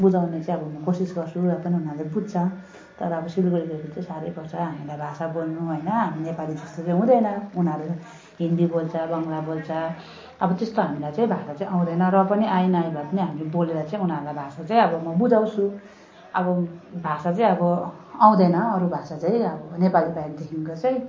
बुझाउने चाहिँ अब म कोसिस गर्छु र पनि उनीहरूले बुझ्छ तर अब सिलगढी गएपछि साह्रै पर्छ हामीलाई भाषा बोल्नु होइन हामी नेपाली जस्तो चाहिँ हुँदैन उनीहरू हिन्दी बोल्छ बङ्गला बोल्छ अब त्यस्तो हामीलाई चाहिँ भाषा चाहिँ आउँदैन र पनि आए नआए भए पनि हामी बोलेर चाहिँ उनीहरूलाई भाषा चाहिँ अब म बुझाउँछु अब भाषा चाहिँ अब आउँदैन अरू भाषा चाहिँ अब नेपाली बाहेकदेखिको चाहिँ